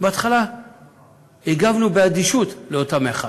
בהתחלה הגבנו באדישות לאותה מחאה.